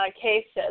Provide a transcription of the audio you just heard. cases